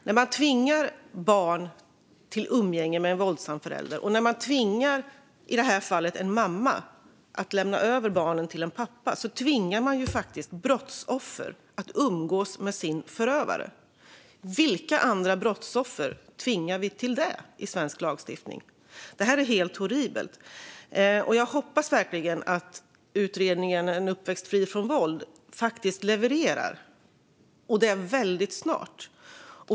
När man tvingar barn till umgänge med en våldsam förälder och när man tvingar i det här fallet en mamma att lämna över barnen till en våldsam pappa tvingar man faktiskt brottsoffer att umgås med sin förövare. Vilka andra brottsoffer tvingar vi till det i svensk lagstiftning? Det är helt horribelt. Jag hoppas verkligen att utredningen En uppväxt fri från våld faktiskt levererar, och det väldigt snart.